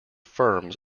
firms